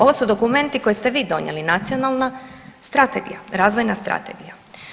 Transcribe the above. Ovo su dokumenti koje ste vi donijeli Nacionalna strategija, razvojna strategija.